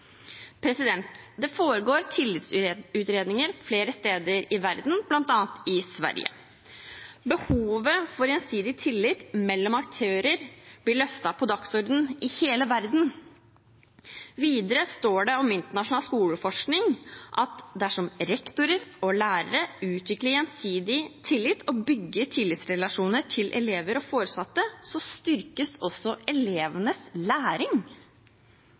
Det foregår tillitsutredninger flere steder i verden, bl.a. i Sverige. Behovet for gjensidig tillit mellom aktører blir løftet på dagsordenen i hele verden. Videre står det om internasjonal skoleforskning at dersom rektorer og lærere utvikler gjensidig tillit og bygger tillitsrelasjoner til elver og foresatte, styrkes også elevenes læring.